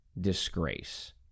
disgrace